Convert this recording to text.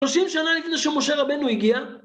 30 שנה לפני שמשה רבנו הגיע.